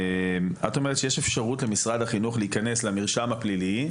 את אומרת שיש אפשרות למשרד החינוך להיכנס למרשם הפלילי,